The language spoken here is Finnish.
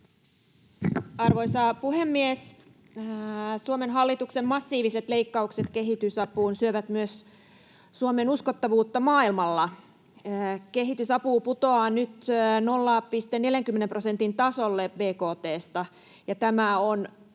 Arvoisa puhemies! Suomen hallituksen massiiviset leikkaukset kehitysapuun syövät myös Suomen uskottavuutta maailmalla. Kehitysapu putoaa nyt 0,40 prosentin tasolle bkt:sta, ja tämä on